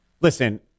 Listen